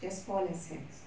just four lessons